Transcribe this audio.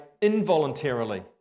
involuntarily